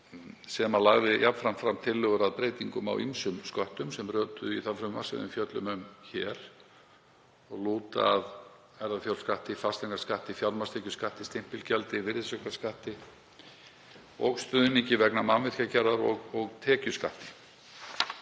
Hann lagði jafnframt fram tillögur að breytingum á ýmsum sköttum sem rötuðu í það frumvarp sem við fjöllum um hér og lúta að erfðafjárskatti, fasteignaskatti, fjármagnstekjuskatti, stimpilgjaldi, virðisaukaskatti og stuðningi vegna mannvirkjagerðar og tekjuskatti.